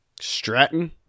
Stratton